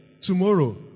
tomorrow